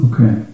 Okay